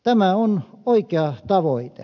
tämä on oikea tavoite